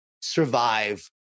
survive